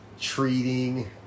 treating